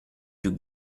più